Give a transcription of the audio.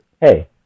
hey